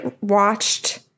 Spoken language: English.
watched